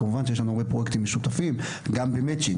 כמובן שיש לנו הרבה פרוייקטים משותפים גם במצ'ינג.